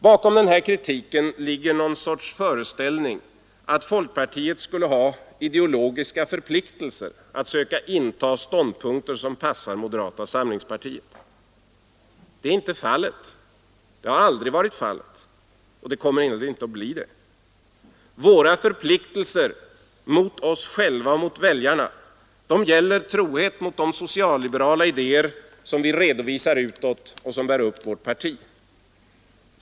Bakom den här kritiken ligger någon sorts föreställning att folkpartiet skulle ha ideologiska förpliktelser att söka inta ståndpunkter som passar moderata samlingspartiet. Det är inte fallet, har aldrig varit fallet och det kommer heller inte att bli det. Våra förpliktelser mot oss själva och mot väljarna gäller trohet mot de socialliberala idéer som vi visar utåt och som bär upp vårt parti.